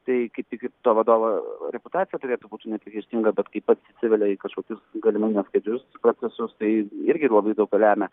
tai kaip tik ir to vadovo reputacija turėtų būti nepriekaištinga bet kai pats įsivelia į kažkokius galimai neskaidrius procesus tai irgi labai daug ką lemia